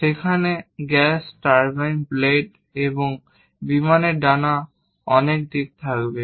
সেখানে gas turbine blade এবং বিমানের ডানা অনেক দিক থাকবে